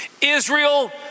Israel